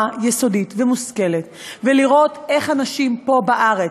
יסודית ומושכלת ולראות איך אנשים פה בארץ,